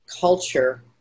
culture